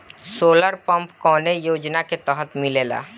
Solar pump कौने योजना के तहत मिलेला?